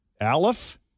Aleph